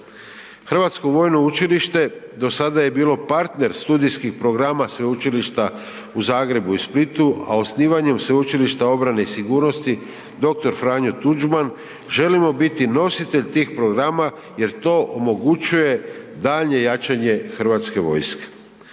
Hrvatsko vojno učilište do sada je bilo partner studijskih programa sveučilišta u Zagrebu i Splitu, a osnivanjem Sveučilišta obrane i sigurnosti dr. Franjo Tuđman želimo biti nositelj tih programa jer to omogućuje daljnje jačanje Hrvatske vojske.